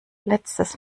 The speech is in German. letztes